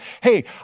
hey